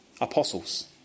apostles